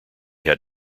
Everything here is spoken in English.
had